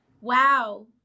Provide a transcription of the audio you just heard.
Wow